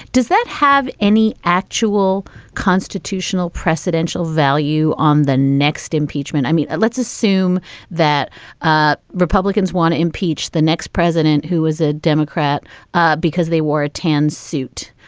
does that have any actual constitutional precedential value on the next impeachment i mean, let's assume that ah republicans want to impeach the next president who is a democrat ah because they wore a tan suit.